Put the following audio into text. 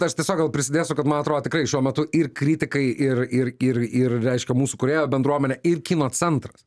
aš tiesiog gal prisidėsiu kad man atrodo tikrai šiuo metu ir kritikai ir ir ir ir reiškia mūsų kūrėjo bendruomenė ir kino centras